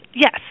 Yes